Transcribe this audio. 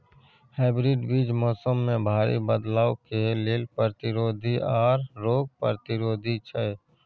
hybrid बीज मौसम में भारी बदलाव के लेल प्रतिरोधी आर रोग प्रतिरोधी छै